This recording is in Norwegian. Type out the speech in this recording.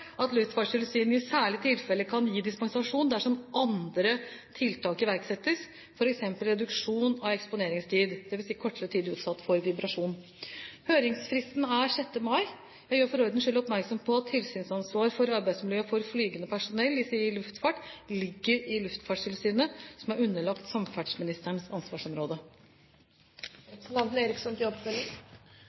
at Luftfartstilsynet i særlige tilfeller kan gi dispensasjon dersom andre tiltak iverksettes, f.eks. reduksjon av eksponeringstid, dvs. kortere tid utsatt for vibrasjon. Høringsfristen er 6. mai. Jeg gjør for ordens skyld oppmerksom på at tilsynsansvaret for arbeidsmiljøet for flygende personell i sivil luftfart ligger i Luftfartstilsynet, som er underlagt samferdselsministerens